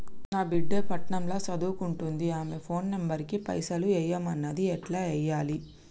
నా బిడ్డే పట్నం ల సదువుకుంటుంది ఆమె ఫోన్ నంబర్ కి పైసల్ ఎయ్యమన్నది ఎట్ల ఎయ్యాలి?